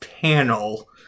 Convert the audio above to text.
panel